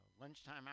lunchtime